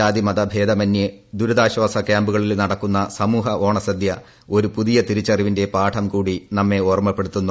ജാതിമത ഭേദമന്യേ ദുരിതാശ്വാസ ക്യാമ്പുകളിൽ നടക്കുന്ന സമൂഹ ഓണസദ്യ ഒരു പുതിയ തിരിച്ചറിവിന്റെ പാഠം കൂടി നമ്മെ ഓർമ്മപ്പെടുത്തുന്നു